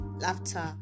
laughter